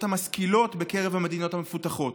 המשכילות בקרב המדינות המפותחות.